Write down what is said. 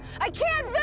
i can't